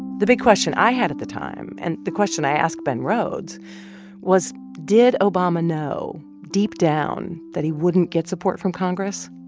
the big question i had at the time and the question i asked ben rhodes was, did obama know deep down that he wouldn't get support from congress,